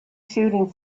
shooting